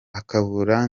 akabura